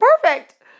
perfect